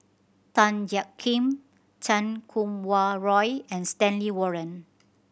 Tan Jiak Kim Chan Kum Wah Roy and Stanley Warren